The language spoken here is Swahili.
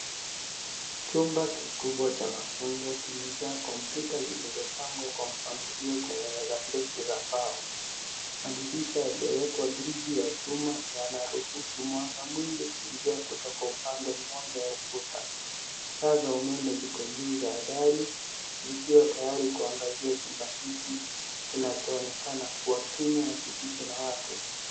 Chumba kikubwa cha wanafunzi kimejaa komputa zilizopangwa kwa mpangilio wenye meza nyingi za mbao. Madirisha yamewekwa gridi ya chuma yanayoruhusu mwanga mwingi kuingia kutoka upande mmoja wa ukuta. Taa za umeme ziko juu za dari zikiwa tayari kuangazia chumba hiki kinachoonekana kuwa kimwa na kisicho na watu